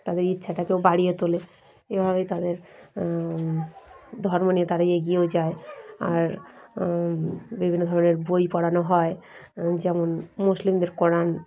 তাদের ইচ্ছাটাকেও বাড়িয়ে তোলে এভাবেই তাদের ধর্ম নিয়ে তারা এগিয়েও যায় আর বিভিন্ন ধরনের বই পড়ানো হয় যেমন মুসলিমদের কোরান